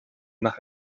nach